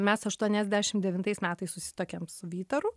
mes aštuoniasdešimt devintais metais susituokėm su vytaru